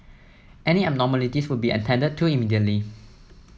any abnormalities would be attended to immediately